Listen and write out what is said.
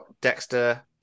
Dexter